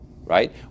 right